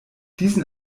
diesen